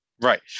Right